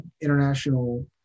international